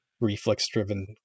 reflex-driven